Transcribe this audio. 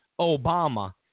Obama